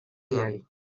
diari